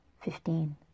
Fifteen